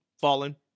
fallen